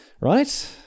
Right